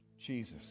Jesus